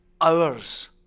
hours